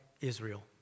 Israel